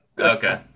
Okay